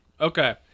Okay